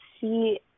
see